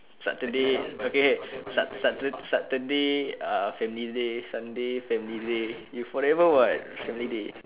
saturday okay sa~ satur~ saturday ah family day sunday family day you forever [what] family day